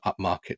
upmarket